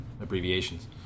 abbreviations